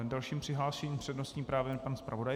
Dalším přihlášeným s přednostním právem je pan zpravodaj.